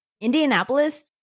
Indianapolis